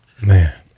Man